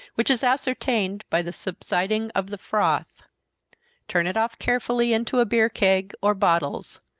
which is ascertained by the subsiding of the froth turn it off carefully into a beer keg, or bottles.